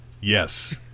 Yes